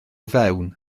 fewn